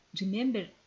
remember